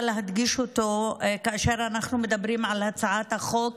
להדגיש כאשר אנחנו מדברים על הצעת החוק,